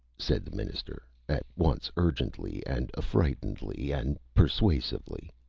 said the minister, at once urgently and affrightedly and persuasively.